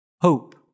hope